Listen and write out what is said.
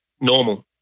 normal